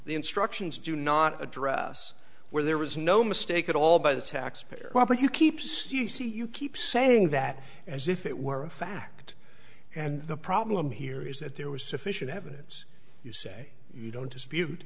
the instructions do not address where there was no mistake at all by the taxpayer but you keep c c you keep saying that as if it were a fact and the problem here is that there was sufficient evidence you say you don't dispute